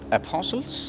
apostles